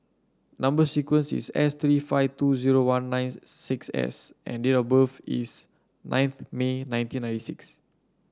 number sequence is S thirty five two zero one nines six S and date of birth is ninth May nineteen ninety six